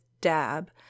DAB